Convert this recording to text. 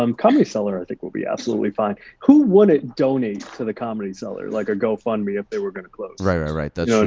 um comedy cellar, i think, will be absolutely fine. who wouldn't donate to the comedy cellar? like a gofundme if they were gonna close. right, right, right, that's